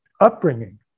upbringing